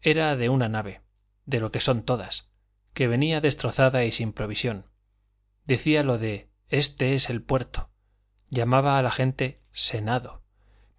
era de una nave de lo que son todas que venía destrozada y sin provisión decía lo de este es el puerto llamaba a la gente senado